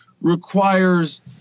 requires